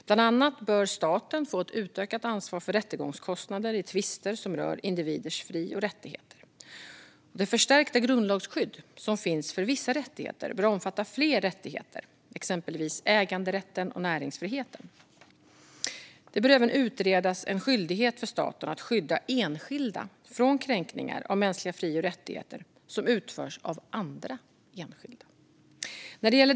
Bland annat bör staten få ett utökat ansvar för rättegångskostnader i tvister som rör individers fri och rättigheter. Det förstärkta grundlagsskydd som finns för vissa rättigheter bör omfatta fler rättigheter, exempelvis äganderätten och näringsfriheten. Det bör även utredas en skyldighet för staten att skydda enskilda från kränkningar av mänskliga fri och rättigheter som utförs av andra enskilda.